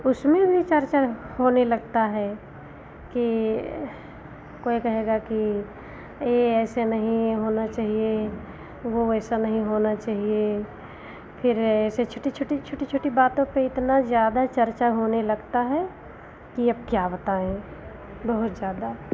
उसमें भी चर्चाएँ होने लगता है कि कोई कहेगा कि ए ऐसे नहीं होना चाहिए वह वैसा नहीं होना चाहिए फिर ऐसे छोटी छोटी छोटी छोटी बातों पर इतना ज़्यादा चर्चा होने लगता है कि अब क्या बताएँ बहुत ज़्यादा